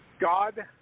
God